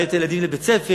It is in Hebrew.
להעיר את הילדים לבית-הספר,